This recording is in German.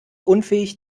unfähig